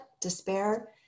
despair